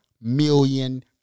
million